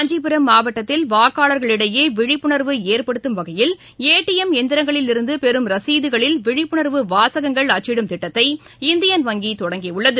காஞ்சிபுரம் மாவட்டத்தில் வாக்காளர்களிடையே விழிப்புணர்வு ஏற்படுத்தும் வகையில் ஏடிஎம் இந்திரங்களில் இருந்து பெறும் ரசீதுகளில் விழிப்புணர்வு வாசகங்கள் அச்சிடும் திட்டத்தை இந்தியன் வங்கி தொடங்கியுள்ளது